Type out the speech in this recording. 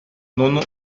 nono